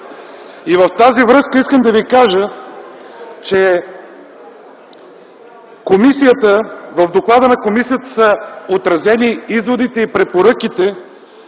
В тази връзка искам да Ви кажа, че в доклада на комисията са отразени изводите и препоръките,